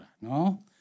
no